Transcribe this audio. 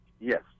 Yes